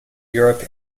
europe